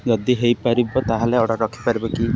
ଯଦି ହେଇପାରିବ ତାହେଲେ ଅର୍ଡ଼ର ରଖିପାରିବ କି